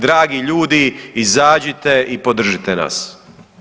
Dragi ljudi izađite i podržite nas.